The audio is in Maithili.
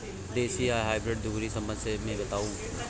देसी आ हाइब्रिड दुनू के संबंध मे बताऊ?